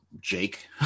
Jake